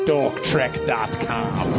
Dorktrek.com